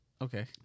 Okay